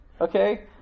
Okay